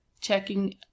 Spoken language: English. checking